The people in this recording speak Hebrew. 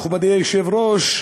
מכובדי היושב-ראש,